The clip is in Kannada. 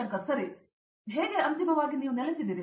ಶಂಕರನ್ ಹೇಗೆ ಅಂತಿಮವಾಗಿ ನೀವು ನೆಲೆಸಿದಿರಿ